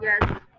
yes